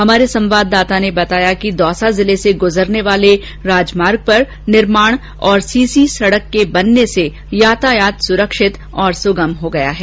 हमारे संवाददाता ने बताया कि दौसा जिले से गुजरने वाले राजमार्ग पर निर्माण और सीसी सड़क के बनने से यातायात सुरक्षित और सुगम हो गया है